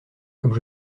comme